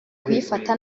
kuyifata